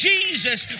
Jesus